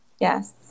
Yes